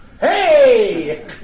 Hey